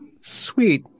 sweet